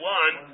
one